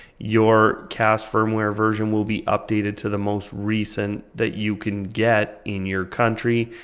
your cast firmware version will be updated to the most recent that you can get in your country,